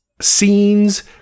scenes